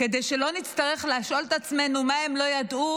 כדי שלא נצטרך לשאול את עצמנו מה הם לא ידעו